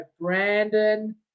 Brandon